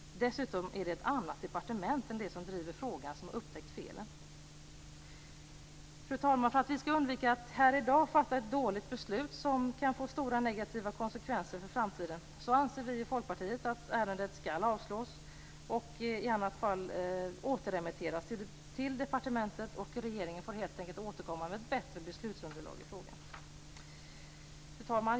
Dessutom är det ett annat departement än det som driver frågan som har upptäckt felen. Fru talman! För att vi skall undvika att här i dag fatta ett dåligt beslut som kan få stora negativa konsekvenser för framtiden, anser vi i Folkpartiet att ärendet skall avslås och i annat fall återremitteras till departementet och att regeringen får återkomma med ett bättre beslutsunderlag i frågan. Fru talman!